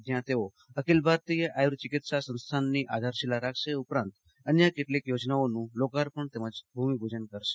જયાં તેઓ અખિલ ભારતીય આપુ ચિકિત્સા સંસ્થાનની આધાર શિલા રાખશે ઉપરાંત ન્ય કેટલીક યોજનાઓનું લોકા ર્પણ ભુમિપુજન કરશે